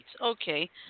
Okay